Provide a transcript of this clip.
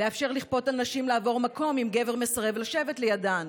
לאפשר לכפות על נשים לעבור מקום אם גבר מסרב לשבת לידן,